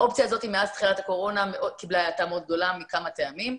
האופציה הזאת מאז תחילת הקורונה קיבלה האטה מאוד גדולה מכמה טעמים.